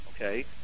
Okay